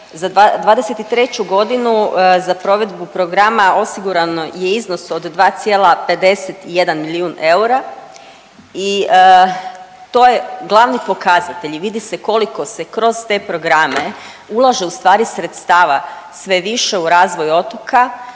Za '23.g. za provedbu programa osigurano je iznos od 2,51 milijun eura i to je glavni pokazatelj i vidi se koliko se kroz te programe ulaže sredstava sve više u razvoj otoka.